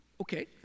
okay